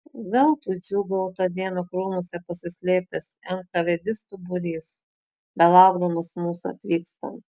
veltui džiūgavo tą dieną krūmuose pasislėpęs enkavėdistų būrys belaukdamas mūsų atvykstant